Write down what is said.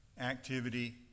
activity